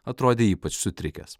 atrodė ypač sutrikęs